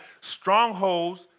Strongholds